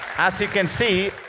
as you can see,